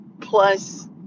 plus